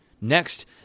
Next